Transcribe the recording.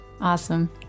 Awesome